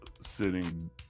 sitting